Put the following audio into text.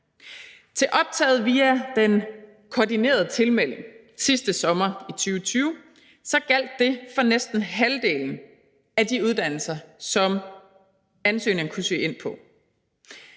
Til optaget via Den Koordinerede Tilmelding sidste sommer, i 2020, gjaldt det for næsten halvdelen af de uddannelser, som ansøgerne kunne søge ind på